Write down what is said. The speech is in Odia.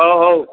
ହଁ ହଉ